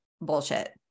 bullshit